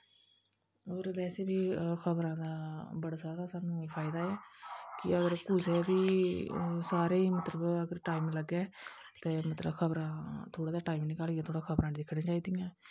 और बैसे बी ख़बरां दा बड़ा ज्यादा स्हानू फायदा ऐ कि अगर कुसे वी सारे गी अगर टाइम लग्गे ते मतलब ख़बरा थोडा जेहा टाइम निकाली ऐ खब़रां दिखनी चाहदियां